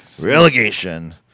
Relegation